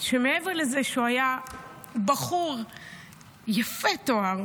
מעבר לזה שהוא היה בחור יפה תואר,